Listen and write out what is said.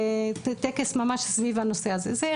טקס ממש סביב הנושא הזה.